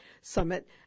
Summit